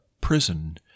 prison